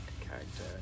character